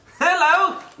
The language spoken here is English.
Hello